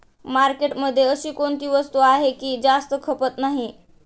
मार्केटमध्ये अशी कोणती वस्तू आहे की जास्त खपत नाही?